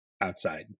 outside